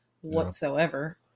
whatsoever